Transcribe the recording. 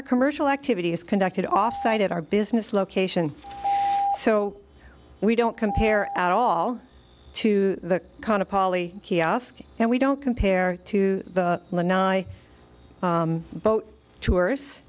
our commercial activity is conducted off site at our business location so we don't compare our all to the kind of poly kiosk and we don't compare to the one i boat tours